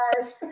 guys